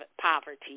poverty